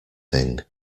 thing